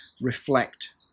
reflect